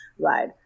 Right